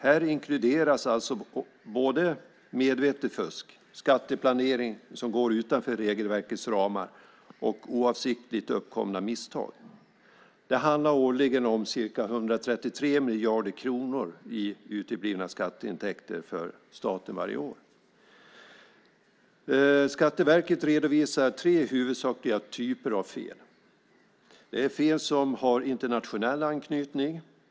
Här inkluderas alltså både medvetet fusk, skatteplanering som går utanför regelverkets ramar och oavsiktligt uppkomna misstag. Det handlar årligen om ca 133 miljarder kronor i uteblivna skatteintäkter för staten. Skatteverket redovisar tre huvudsakliga typer av fel. Det är fel som har internationell anknytning.